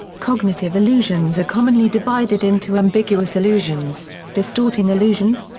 cognitive illusions are commonly divided into ambiguous illusions, distorting illusions,